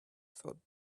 thought